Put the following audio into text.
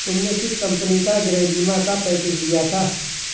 तुमने किस कंपनी का गृह बीमा का पैकेज लिया था?